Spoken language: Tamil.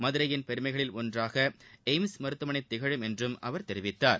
மதுரையின் பெருமைகளில் ஒன்றாக எயிம்ஸ் மருத்துவமனை திகழும் என்றும் பிரதமர் தெரிவித்தார்